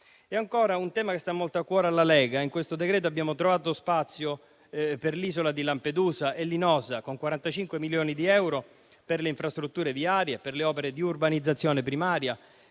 è poi un tema che sta molto a cuore alla Lega; in questo decreto-legge abbiamo trovato spazio per l'isola di Lampedusa e Linosa, con 45 milioni di euro per le infrastrutture viarie, per le opere di urbanizzazione primaria,